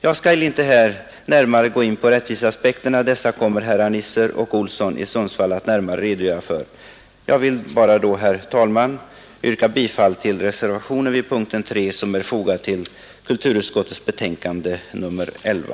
Jag skall inte här gå närmare in på rättviseaspekterna — dem kommer herr Nisser och herr Olsson i Sundsvall att beröra. Jag vill, herr talman, yrka bifall till reservationen vid punkten 3 i kulturutskottets betänkande nr 11.